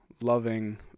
loving